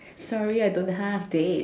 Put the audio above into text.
sorry I don't have a date